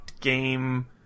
game